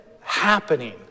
happening